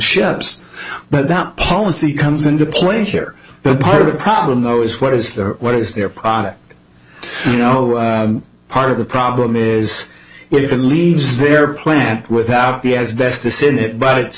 ships but that policy comes into play here but part of the problem though is what is there what is their product you know part of the problem is if it leaves their plant without the as best this in it but it's